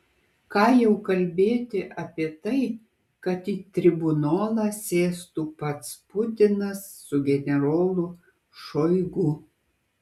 ką jau kalbėti apie tai kad į tribunolą sėstų pats putinas su generolu šoigu